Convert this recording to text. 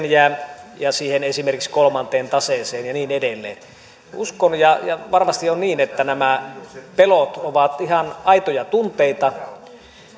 ja esimerkiksi siihen kolmanteen taseeseen ja niin edelleen uskon ja varmasti on niin että nämä pelot ovat ihan aitoja tunteita